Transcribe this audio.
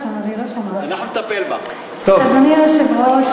אדוני היושב-ראש,